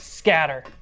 Scatter